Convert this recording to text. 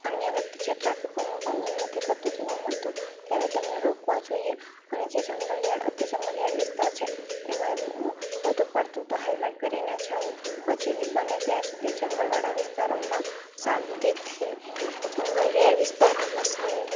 અન્ય વ્યક્તિ જે ટ્રાફિકોનું પાલન નથી કરતું જોવા મળતું ત્યારે તેમને રોકવા જોઈએ અને જે જંગલિયાળ અતિ જંગલિયાળ વિસ્તાર છે એમાં વધુ પડતું તો હેલ્મેટ પહેરીને જવું પછી બને ત્યાં સુધી જંગલવાળા વિસ્તારોમાં શાંતિથી જંગલિયાળ વિસ્તારોમાં શાંતિ